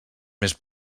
més